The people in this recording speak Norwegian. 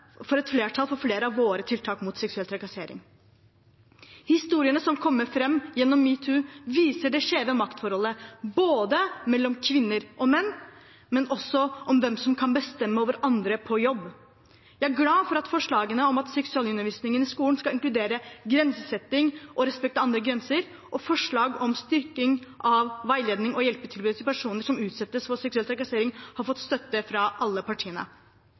for et flertall for flere av våre tiltak mot seksuell trakassering. Historiene som kommer fram gjennom metoo, viser det skjeve maktforholdet – både mellom kvinner og menn, og også når det gjelder hvem som kan bestemme over andre på jobb. Jeg er glad for at forslaget om at seksualundervisningen i skolen skal inkludere grensesetting og respekt for andres grenser, og forslaget om å styrke veiledningen og hjelpetilbudet til personer som utsettes for seksuell trakassering, har fått støtte fra alle partiene.